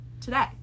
today